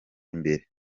imbere